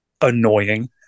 annoying